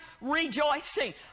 rejoicing